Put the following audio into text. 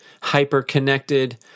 hyper-connected